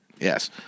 yes